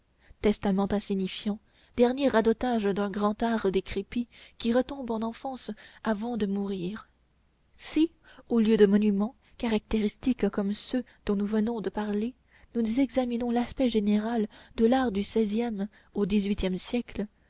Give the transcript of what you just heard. testament insignifiant dernier radotage d'un grand art décrépit qui retombe en enfance avant de mourir si au lieu de monuments caractéristiques comme ceux dont nous venons de parler nous examinons l'aspect général de l'art du seizième au dix-huitième siècle